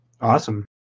Awesome